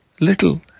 little